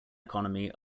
economy